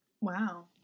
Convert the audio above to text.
Wow